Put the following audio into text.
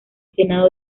senado